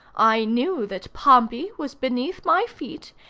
i knew that pompey was beneath my feet,